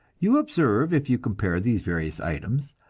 you observe, if you compare these various items,